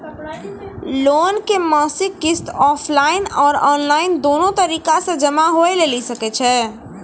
Loan के मासिक किस्त ऑफलाइन और ऑनलाइन दोनो तरीका से जमा होय लेली सकै छै?